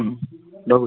ହୁଁ ରହୁଛି